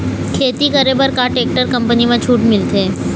खेती करे बर का टेक्टर कंपनी म छूट मिलथे?